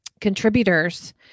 contributors